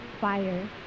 fire